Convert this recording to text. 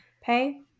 pay